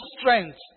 strength